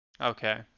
Okay